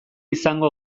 izango